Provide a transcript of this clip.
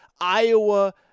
Iowa